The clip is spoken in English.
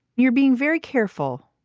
you're being very careful.